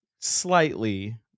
slightly